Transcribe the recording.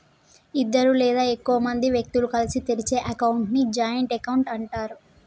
ఇద్దరు లేదా ఎక్కువ మంది వ్యక్తులు కలిసి తెరిచే అకౌంట్ ని జాయింట్ అకౌంట్ అంటరు